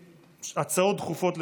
הצעות דחופות לסדר-היום,